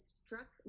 struck